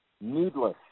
Needless